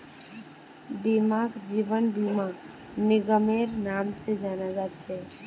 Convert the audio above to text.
बीमाक जीवन बीमा निगमेर नाम से जाना जा छे